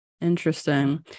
interesting